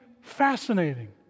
fascinating